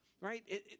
right